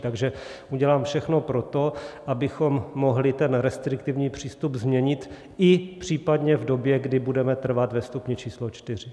Takže udělám všechno pro to, abychom mohli ten restriktivní přístup změnit i případně v době, kdy budeme trvat ve stupni číslo 4.